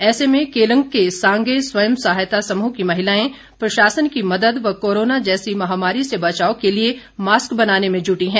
ऐसे में केलंग के सांगये स्वंय सहायता समूह की महिलाएं प्रशासन की मदद व कोरोना जैसी महामारी से बचाव के लिये मास्क बनाने में जुटी हैं